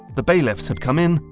the bailiffs had come in,